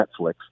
Netflix